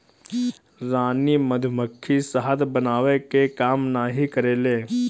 रानी मधुमक्खी शहद बनावे के काम नाही करेले